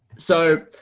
so,